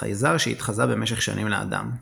חייזר שהתחזה במשך שנים לאדם.